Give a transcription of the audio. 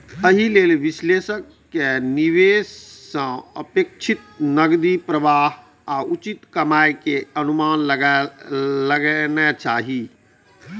एहि लेल विश्लेषक कें निवेश सं अपेक्षित नकदी प्रवाह आ उचित कमाइ के अनुमान लगाना चाही